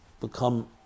become